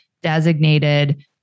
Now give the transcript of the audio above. designated